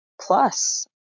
plus